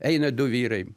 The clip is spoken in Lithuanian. eina du vyrai